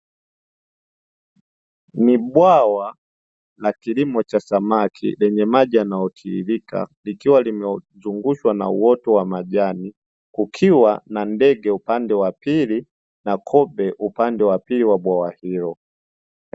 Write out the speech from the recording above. Ni bwawa la kilimo cha samaki lenye maji yanayotiririka likiwa limezungukwa na uoto wa majani, kukiwa na ndege upande wa pili na kobe upande wa pili wa bwawa hilo.